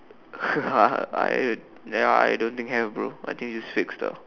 I I I don't think have bro I think it's just six ah